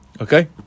Okay